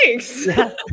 thanks